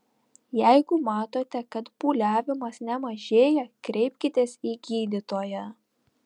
jeigu matote kad pūliavimas nemažėja kreipkitės į gydytoją